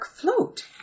float